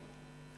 כן.